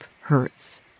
hurts